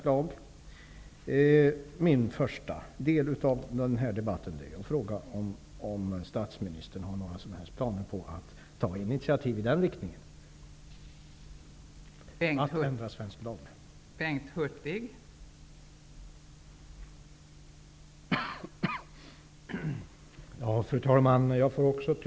I min första del av denna debatt vill jag fråga om statsministern har några som helst planer på att ta initiativ i riktningen mot att svensk lag skall ändras.